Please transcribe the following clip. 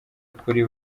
kuri